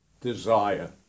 desire